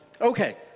Okay